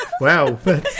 Wow